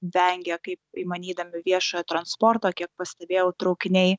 vengia kaip įmanydami viešojo transporto kiek pastebėjau traukiniai